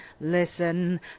listen